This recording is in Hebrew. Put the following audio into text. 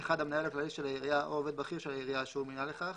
(1) המנהל הכללי של העירייה או עובד בכיר של העירייה שהוא מינה לכך,